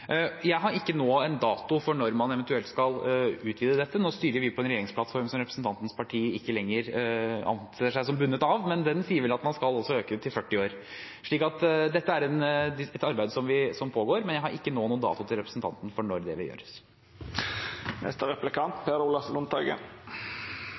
Jeg har ikke nå en dato for når man eventuelt skal utvide dette, nå styrer vi på en regjeringsplattform som representantens parti ikke lenger anser seg som bundet av, men den sier vel at man skal øke til 40 år. Dette er et arbeid som pågår, men jeg har ikke nå noen dato til representanten for når det vil gjøres.